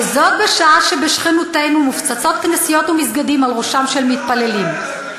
וזאת בשעה שבשכנותנו מופצצים כנסיות ומסגדים על ראשם של מתפללים.